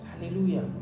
hallelujah